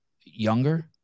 Younger